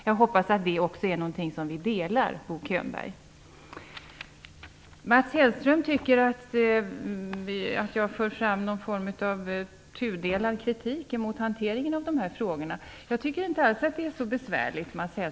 Jag hoppas att det är någonting som vi delar, Mats Hellström tycker att jag för fram en tudelad kritik mot hanteringen av dessa frågor. Jag tycker inte alls att det är så besvärligt.